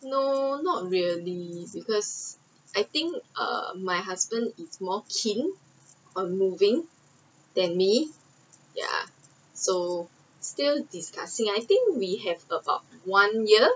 no not really because I think err my husband is more keen on moving than me ya so still discussing I think we have about one year